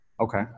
Okay